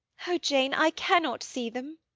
oh, jane, i cannot see them.